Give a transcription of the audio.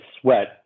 sweat